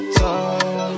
time